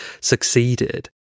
succeeded